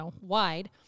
wide